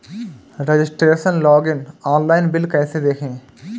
Registration login online bill कैसे देखें?